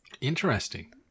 Interesting